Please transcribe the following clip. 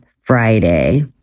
Friday